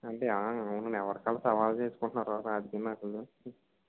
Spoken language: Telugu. అంటే అవునండి ఎవరికి వాళ్ళు సవాల్ చేసుకుంటున్నారు రాజకీయ నాయకులు